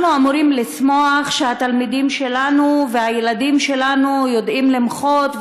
אנחנו אמורים לשמוח שהתלמידים שלנו והילדים שלנו יודעים למחות,